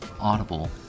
Audible